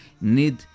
need